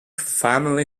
family